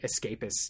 escapist